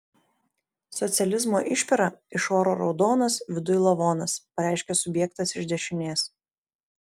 socializmo išpera iš oro raudonas viduj lavonas pareiškė subjektas iš dešinės